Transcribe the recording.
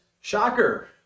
Shocker